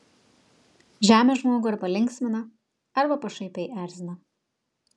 žemė žmogų arba linksmina arba pašaipiai erzina